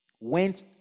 went